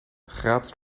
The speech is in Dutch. gratis